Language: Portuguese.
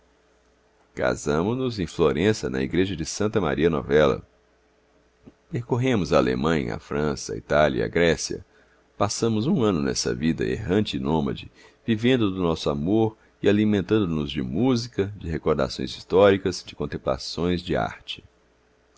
casamo nos em florença na igreja de santa maria novella percorremos a alemanha a frança a itália e a grécia passamos um ano nessa vida errante e nômade vivendo do nosso amor e alimentando nos de música de recordações históricas de contemplações de arte